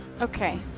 Okay